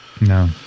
No